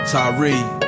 Tyree